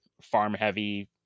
farm-heavy